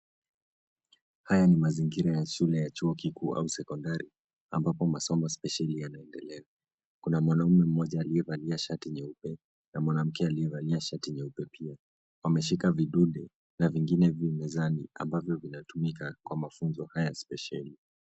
Haya ni mazingira ya shule ya chuo kikuu au sekondari ambapo masomo spesheli yanaendelea. Kuna mwanaume mmoja aliyevalia shati nyeupe na mwanamke aliyevalia shati nyeupe pia, wameshika vidude na vingine vi mezani ambavyo vinatumika kwa mafunzo ya spesheli.